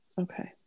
Okay